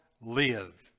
live